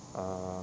err